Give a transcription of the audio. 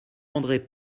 andré